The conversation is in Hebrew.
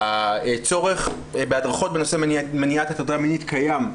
הצורך בהדרכות בנושא מניעת הטרדה מינית קיים,